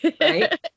Right